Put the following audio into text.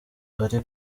ari